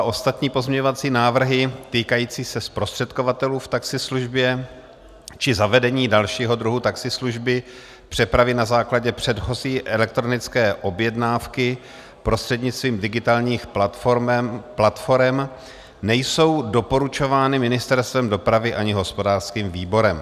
Ostatní pozměňovací návrhy týkající se zprostředkovatelů v taxislužbě či zavedení dalšího druhu taxislužby, přepravy na základě předchozí elektronické objednávky prostřednictvím digitálních platforem, nejsou doporučovány Ministerstvem dopravy ani hospodářským výborem.